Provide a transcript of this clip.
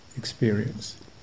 experience